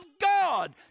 God